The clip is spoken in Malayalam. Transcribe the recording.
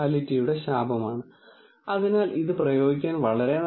ഇപ്പോൾ സാധ്യതയുള്ളതും യുക്തിസഹവുമായ ഈ ചോദ്യം വളരെ പ്രധാനമാണ്